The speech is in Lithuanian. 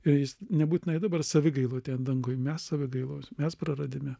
ir jis nebūtinai dabar savigaila ten danguj mes savigailos mes praradime